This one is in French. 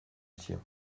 sien